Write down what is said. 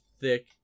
thick